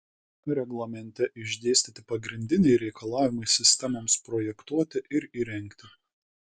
reglamente išdėstyti pagrindiniai reikalavimai sistemoms projektuoti ir įrengti